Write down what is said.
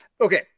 okay